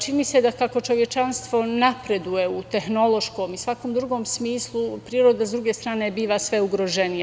Čini mi se da kako čovečanstvo napreduje u tehnološkom i svakom drugom smislu, priroda s druge strane biva sve ugroženija.